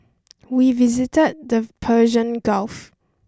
we visited the Persian Gulf